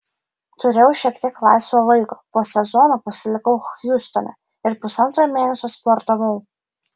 turėjau šiek tiek laisvo laiko po sezono pasilikau hjustone ir pusantro mėnesio sportavau